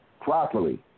properly